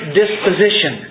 disposition